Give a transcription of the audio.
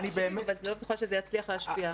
פשוט אני לא בטוחה שזה יצליח להשפיע.